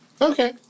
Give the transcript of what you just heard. Okay